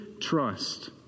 trust